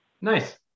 Nice